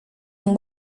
yang